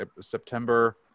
September